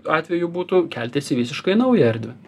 atveju būtų keltis į visiškai naują erdvę